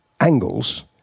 angles